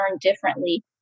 differently